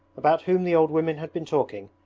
about whom the old women had been talking,